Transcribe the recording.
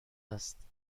است